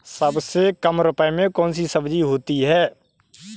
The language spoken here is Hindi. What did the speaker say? सबसे कम रुपये में कौन सी सब्जी होती है?